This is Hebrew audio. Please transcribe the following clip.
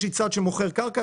יש לי צד שמוכר קרקע,